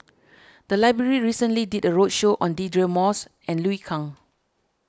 the library recently did a roadshow on Deirdre Moss and Liu Kang